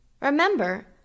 Remember